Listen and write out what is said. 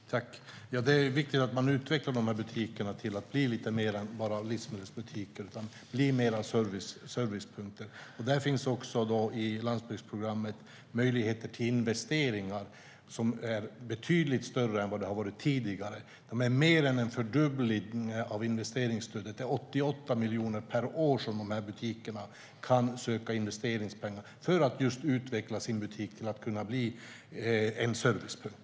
Fru talman! Det är viktigt att man utvecklar butikerna till att bli lite mer än bara livsmedelsbutiker, bli mer av servicepunkter. Där finns också i landsbygdsprogrammet möjligheter till investeringar som är betydligt större än tidigare. Det handlar om mer än en fördubbling av investeringsstödet. Det är 88 miljoner per år som de här butikerna kan söka i investeringspengar just för att utveckla sin butik till att kunna bli en servicepunkt.